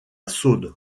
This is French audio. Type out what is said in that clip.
saône